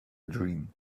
dream